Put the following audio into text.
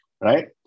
right